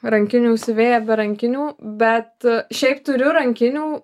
rankinių siuvėja be rankinių bet šiaip turiu rankinių